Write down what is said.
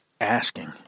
asking